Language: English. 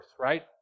Right